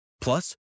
Plus